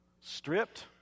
Stripped